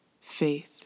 faith